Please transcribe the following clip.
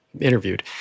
interviewed